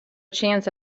chance